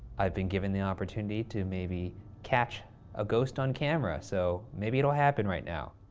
i've been given the opportunity to maybe catch a ghost on camera, so maybe it'll happen right now.